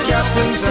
Captain